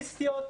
מינימליסטיות,